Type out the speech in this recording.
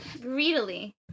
greedily